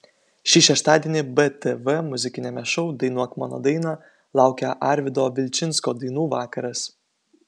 šį šeštadienį btv muzikiniame šou dainuok mano dainą laukia arvydo vilčinsko dainų vakaras